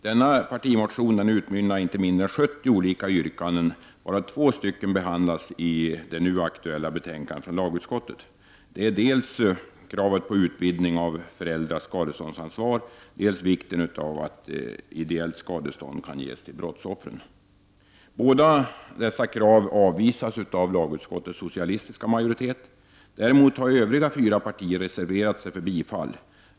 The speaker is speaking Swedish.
Denna partimotion utmynnar i inte mindre än 70 olika yrkanden, varav två behandlas i det nu aktuella betänkandet från lagutskottet. Det gäller dels kravet på utvidgning av föräldrars skadeståndsansvar, dels vikten av att ideellt skadestånd kan ges till brottsoffren. Båda dessa krav avvisas av lagutskottets socialistiska majoritet. Däremot har övriga fyra partier reserverat sig för bifall.